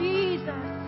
Jesus